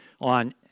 on